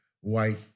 white